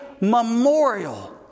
memorial